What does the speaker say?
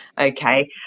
Okay